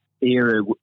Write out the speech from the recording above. era